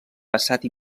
passat